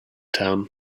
town